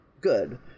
Good